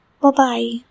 Bye-bye